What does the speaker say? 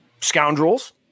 scoundrels